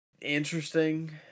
interesting